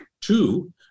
Two